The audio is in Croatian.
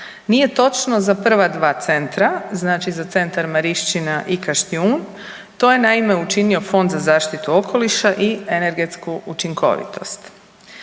Nije točno za prva dva centra, znači za centar Marišćina i Kaštijun, to je naime učinio Fond za zaštitu okoliša i energetsku učinkovitost.